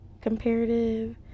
comparative